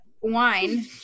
wine